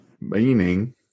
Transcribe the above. Meaning